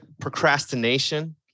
procrastination